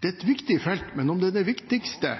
Det er et viktig felt, men om det er det viktigste